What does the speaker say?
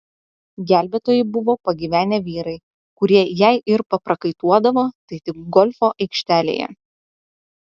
gelbėtojai buvo pagyvenę vyrai kurie jei ir paprakaituodavo tai tik golfo aikštelėje